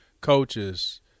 coaches